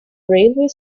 railway